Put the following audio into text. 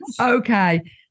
okay